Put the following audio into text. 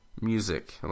music